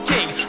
King